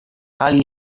kali